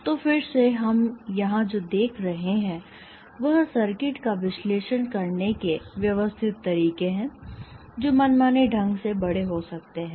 तो फिर से हम यहां जो देख रहे हैं वह सर्किट का विश्लेषण करने के व्यवस्थित तरीके हैं जो मनमाने ढंग से बड़े हो सकते हैं